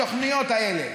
את התוכניות האלה.